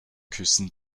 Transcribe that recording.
küssen